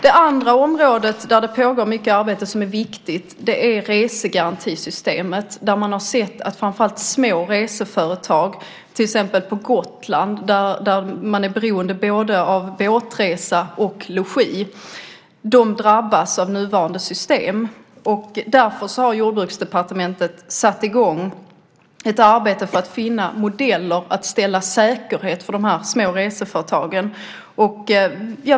Det andra området, där det pågår mycket arbete som är viktigt, gäller resegarantisystemet. Man har sett att framför allt små reseföretag, till exempel på Gotland där man är beroende av både båtresa och logi, drabbas av nuvarande system. Därför har Jordbruksdepartementet satt i gång ett arbete för att finna modeller för att ställa säkerhet för de här små reseföretagen.